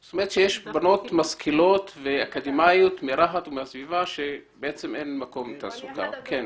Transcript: יש בנות משכילות ואקדמאיות מרהט ומהסביבה שבעצם אין להן מקום עבודה.